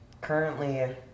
Currently